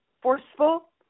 forceful